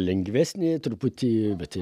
lengvesnė truputį bet